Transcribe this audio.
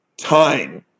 Time